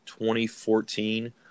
2014